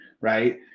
right